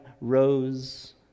rose